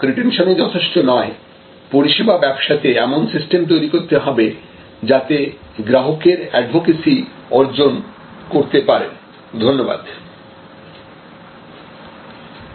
গ্রাহক রিটেনশন ও যথেষ্ট নয় পরিষেবা ব্যবসাতে এমন সিস্টেম তৈরি করতে হবে যাতে আপনি গ্রাহকের অ্যাডভোকেসি অর্জন করতে পারেন